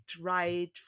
right